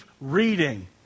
reading